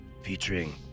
featuring